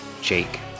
Jake